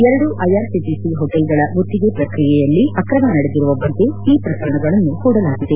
ಎರಡು ಐಆರ್ಒಟಿಸಿ ಹೋಟೆಲ್ಗಳ ಗುತ್ತಿಗೆ ಪ್ರಕ್ರಿಯೆಯಲ್ಲಿ ಆಕ್ರಮ ನಡೆದಿರುವ ಬಗ್ಗೆ ಈ ಪ್ರಕರಣಗಳನ್ನು ಹೂಡಲಾಗಿದೆ